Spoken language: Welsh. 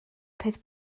peth